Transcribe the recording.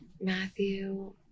Matthew